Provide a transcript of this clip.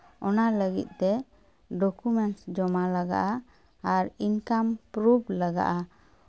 ᱚᱱᱟ ᱞᱟᱹᱜᱤᱫ ᱛᱮ ᱰᱚᱠᱩᱢᱮᱱᱴᱥ ᱡᱚᱢᱟ ᱞᱟᱜᱟᱜᱼᱟ ᱟᱨ ᱤᱱᱠᱟᱢ ᱯᱨᱩᱯᱷ ᱞᱟᱜᱟᱜᱼᱟ